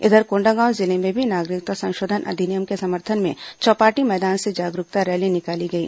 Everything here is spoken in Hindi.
इधर कोंडागांव जिले में भी नागरिकता संशोधन अधिनियम के समर्थन में चौपाटी मैदान से जागरूकता रैली निकाली गई